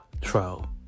trial